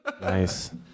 Nice